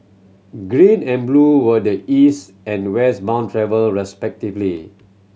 green and blue were the East and West bound travel respectively